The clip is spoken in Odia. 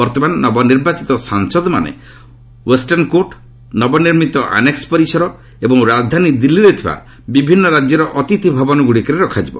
ବର୍ତ୍ତମାନ ନବନିର୍ବାଚିତ ସାଂସଦମାନେ ୱେଷ୍ଠର୍ଷକୋର୍ଟ୍ ନବନିର୍ମିତ ଆନେକ୍ସ ପରିସର ଏବଂ ରାଜଧାନୀ ଦିଲ୍ଲୀରେ ଥିବା ବିଭିନ୍ନ ରାଜ୍ୟର ଅତିଥି ଭବନଗୁଡ଼ିକରେ ରଖାଯିବ